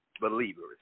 believers